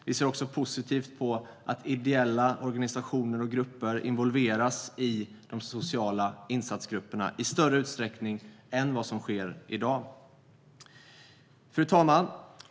Vi ser också positivt på att ideella organisationer och grupper involveras i de sociala insatsgrupperna i större utsträckning än vad som sker i dag. Fru talman!